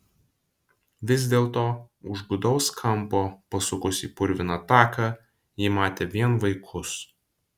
vis dėlto už gūdaus kampo pasukusi į purviną taką ji matė vien vaikus